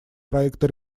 проекта